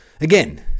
again